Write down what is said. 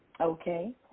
Okay